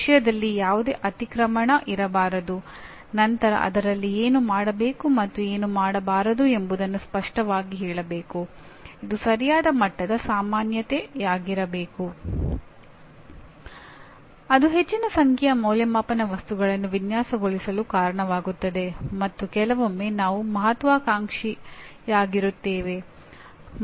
ಬೋಧನಾ ಮಾದರಿಗಳ ಕುಟುಂಬಗಳಿವೆ ಇದನ್ನು ನಾವು ಮಾಹಿತಿ ಸಂಸ್ಕರಣಾ ಕುಟುಂಬ ಇಂಫಾರ್ಮೇಷನ್ ಪ್ರೊಸೆಸಿಂಗ್ ಫ್ಯಾಮಿಲಿ ಎಂದು ಕರೆಯುತ್ತೇವೆ